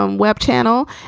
um web channel.